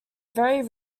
very